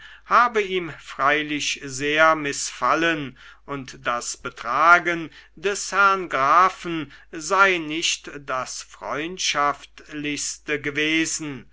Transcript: habe ihm freilich sehr mißfallen und das betragen des herrn grafen sei nicht das freundschaftlichste gewesen